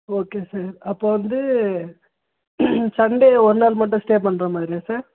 okay sir அப்போ வந்து Sunday ஒரு நாள் மட்டும் ஸ்டே பண்ணுற மாதிரியா சார்